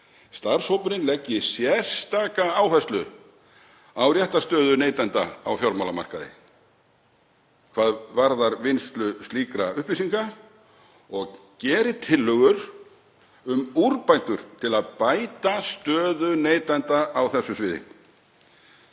Starfshópurinn leggi sérstaka áherslu á réttarstöðu neytenda á fjármálamarkaði hvað varðar vinnslu slíkra upplýsinga og geri tillögur um úrbætur til að bæta stöðu neytenda á þessu sviði.